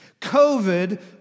COVID